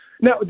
Now